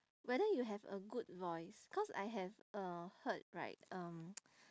whether you have a good voice cause I have uh heard right um